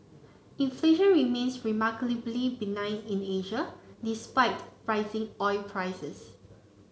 inflation remains remarkably benign in Asia despite rising oil prices